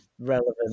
relevant